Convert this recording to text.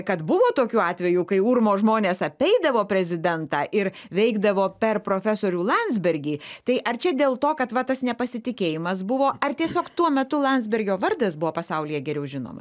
kad buvo tokių atvejų kai urmo žmonės apeidavo prezidentą ir veikdavo per profesorių landsbergį tai ar čia dėl to kad va tas nepasitikėjimas buvo ar tiesiog tuo metu landsbergio vardas buvo pasaulyje geriau žinoma